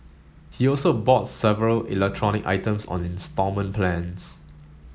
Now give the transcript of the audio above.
he also bought several electronic items on instalment plans